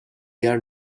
their